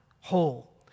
whole